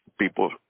people